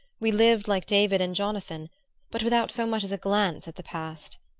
we lived like david and jonathan but without so much as a glance at the past.